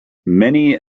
many